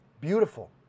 Beautiful